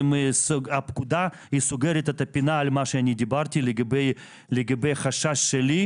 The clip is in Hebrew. הפקודה סוגרת את הפינה על מה שאני דיברתי לגבי החשש שלי,